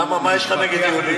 למה, מה יש לך נגד יולי?